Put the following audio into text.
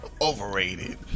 overrated